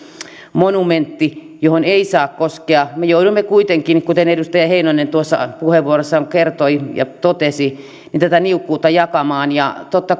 monumentti johon ei saa koskea me joudumme kuitenkin kuten edustaja heinonen tuossa puheenvuorossaan kertoi ja totesi tätä niukkuutta jakamaan totta